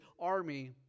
army